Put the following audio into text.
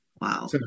Wow